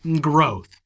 growth